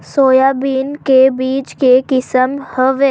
Soybean के बीज के किसम के हवय?